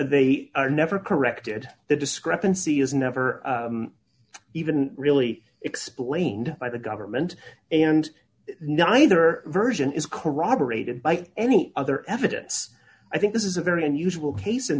they are never corrected the discrepancy is never even really explained by the government and neither version is corroborated by any other evidence i think this is a very unusual case in